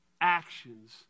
actions